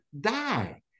die